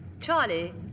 Charlie